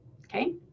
okay